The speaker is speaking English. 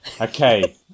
okay